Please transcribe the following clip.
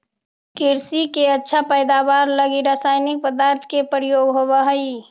कृषि के अच्छा पैदावार लगी रसायनिक पदार्थ के प्रयोग होवऽ हई